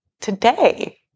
today